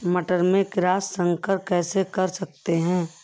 मटर में क्रॉस संकर कैसे कर सकते हैं?